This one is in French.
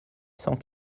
cent